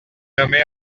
nommée